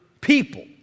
people